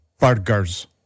Burgers